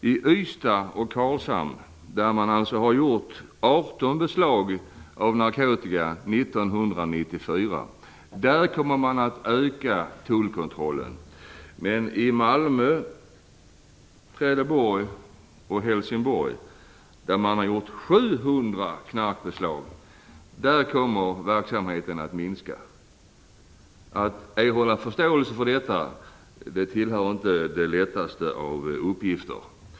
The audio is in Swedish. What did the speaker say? I Ystad och Karlshamn, där man alltså gjort 18 beslag av narkotika 1994, kommer tullkontrollen att ökas. Men i Malmö, Trelleborg och Helsingborg, där man har gjort 700 knarkbeslag, kommer verksamheten att minska. Att erhålla förståelse för detta tillhör inte den lättaste av uppgifter.